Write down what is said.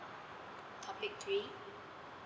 topic three